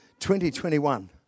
2021